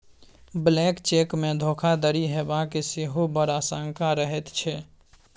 blank चेकमे धोखाधड़ी हेबाक सेहो बड़ आशंका रहैत छै